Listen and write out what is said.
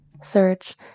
Search